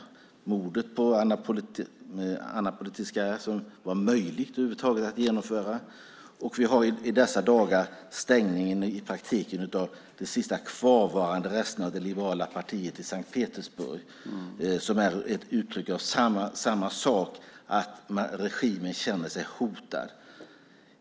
Jag tänker på mordet på Anna Politkovskaja, att det över huvud taget var möjligt att genomföra. Vi har i dessa dagar stängningen, i praktiken, av de sista kvarvarande resterna av det liberala partiet i Sankt Petersburg, som är ett uttryck för samma sak, att regimen känner sig hotad.